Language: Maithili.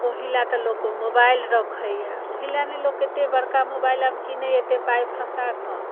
ओहिलए तऽ लोक मोबाइल रखैए ओहिलए ने लोक एतेक बड़का मोबाइल आब किनैए एतेक पाइ फँसाकऽ